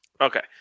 Okay